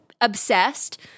Obsessed